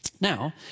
Now